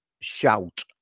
Shout